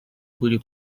были